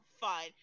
fine